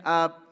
up